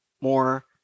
more